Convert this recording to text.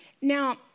Now